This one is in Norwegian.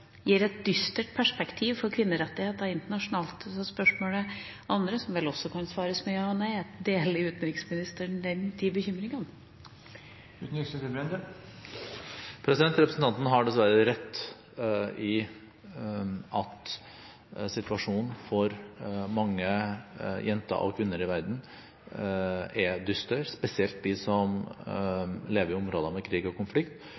et dystert perspektiv for kvinnerettigheter internasjonalt. Det andre spørsmålet, som vel også kan besvares med ja eller nei, er: Deler utenriksministeren disse bekymringene? Representanten Skei Grande har dessverre rett i at situasjonen for mange jenter og kvinner i verden er dyster, spesielt for dem som lever i områder med krig og konflikt,